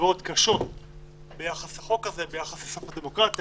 אמירות קשות ביחס לחוק הזה, ביחס לסוף הדמוקרטיה